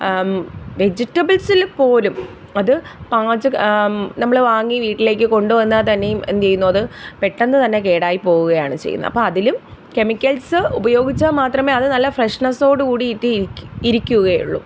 വെജിറ്റബിൾസിൽ പോലും അത് പാചക നമ്മൾ വാങ്ങി വീട്ടിലേക്ക് കൊണ്ട് വന്നാൽ തന്നെയും എന്ത് ചെയ്യുന്നു അത് പെട്ടെന്ന് തന്നെ കേടായി പോവുകയാണ് ചെയ്യുന്നത് അപ്പോൾ അതിലും കെമിക്കൽസ്സ് ഉപയോഗിച്ചാൽ മാത്രമേ അത് നല്ല ഫ്രഷ്നെസ്സോടു കൂടിയിട്ട് ഇരിക്കുകയുള്ളൂ